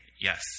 yes